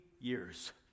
years